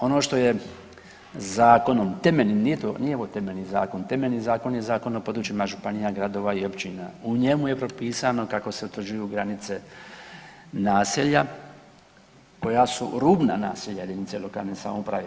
Ono što je zakonom, temeljnim, nije to, nije ovo temeljni zakon, temeljni zakon je Zakon o područjima županija, gradova i općina, u njemu je propisano kako se utvrđuju granice naselja koja su rubna naselja jedinica lokalne samouprave.